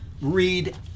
read